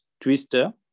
TWISTER